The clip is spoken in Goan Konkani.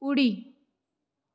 उडी